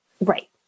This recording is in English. Right